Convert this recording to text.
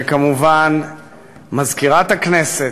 וכמובן מזכירת הכנסת.